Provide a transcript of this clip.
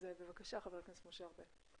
בבקשה ח"כ משה ארבל.